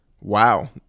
wow